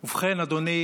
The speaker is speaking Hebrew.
ובכן, אדוני,